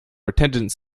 attendance